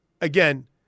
Again